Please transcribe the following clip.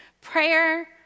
Prayer